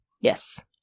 Yes